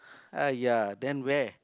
!aiya! then where